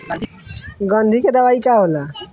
गंधी के दवाई का होला?